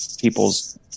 people's